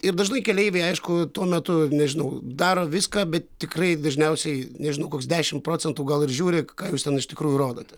ir dažnai keleiviai aišku tuo metu nežinau daro viską bet tikrai dažniausiai nežinau koks dešimt procentų gal ir žiūri ką jūs ten iš tikrųjų rodote